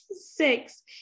Six